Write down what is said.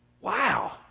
Wow